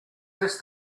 this